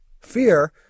Fear